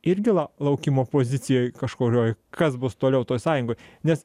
irgi la laukimo pozicijoj kažkurioj kas bus toliau toj sąjungoj nes